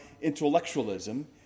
intellectualism